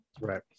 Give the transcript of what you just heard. Right